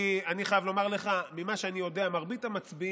אני חייב לומר לך, ממה שאני יודע: מרבית המצביעים